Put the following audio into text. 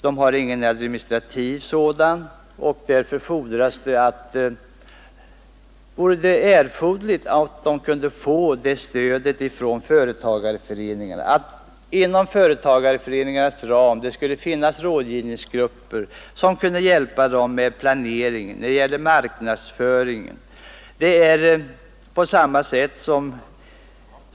De har ingen administrativ utbildning, och därför vore det erforderligt att de finge det stödet av företagarföreningarna, att inom företagarföreningarnas ram skulle finnas rådgivningsgrupper som kunde hjälpa dem med planering när det gäller marknadsföring.